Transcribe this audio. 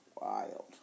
wild